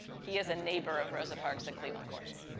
he is a neighbor of rosa parks in cleveland courts.